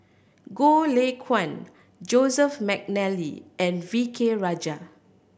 Goh Lay Kuan Joseph McNally and V K Rajah